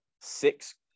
six